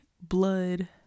blood